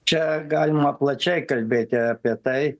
čia galima plačiai kalbėti apie tai